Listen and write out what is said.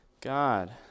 God